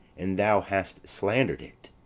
and thou hast sland'red it.